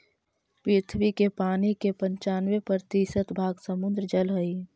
पृथ्वी के पानी के पनचान्बे प्रतिशत भाग समुद्र जल हई